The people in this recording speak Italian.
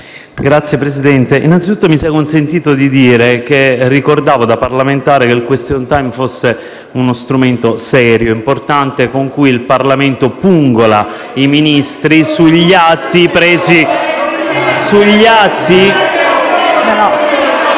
Signor Presidente, innanzitutto mi sia consentito dire che ricordavo, da parlamentare, che il *question time* fosse uno strumento serio e importante, con cui il Parlamento pungola i Ministri sugli atti presi...